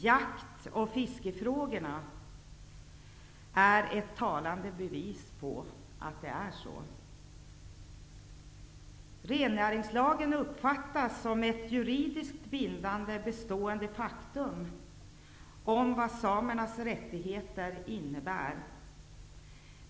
Jakt och fiskefrågorna är ett talande bevis för att det är så. Rennäringslagen uppfattas som ett juridiskt bindande, bestående faktum om vad samernas rättigheter innebär.